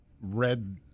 red